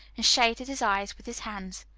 and shaded his eyes with his hands.